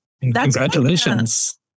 Congratulations